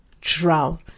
drown